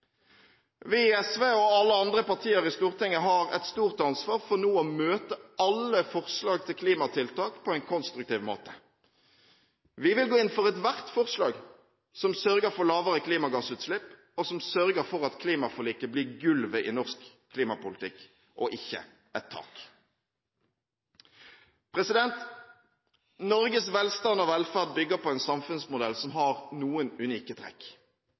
Vi i SV og alle andre partier i Stortinget har nå et stort ansvar for å møte alle forslag til klimatiltak på en konstruktiv måte. Vi vil gå inn for ethvert forslag som sørger for lavere klimagassutslipp, og som sørger for at Klimaforliket blir gulvet i norsk klimapolitikk og ikke et tak. Norges velstand og velferd bygger på en samfunnsmodell som har noen unike trekk.